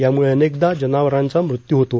यामध्ये अनेकदा जनावरांचा मृत्यू होतो